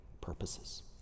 purposes